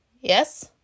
Yes